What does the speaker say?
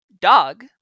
Dog